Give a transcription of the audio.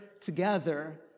together